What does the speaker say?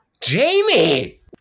Jamie